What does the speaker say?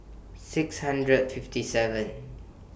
six hundred fifty seven